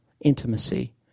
intimacy